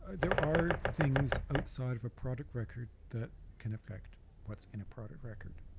there are things outside of a product record that can affect what's in a product record.